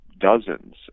dozens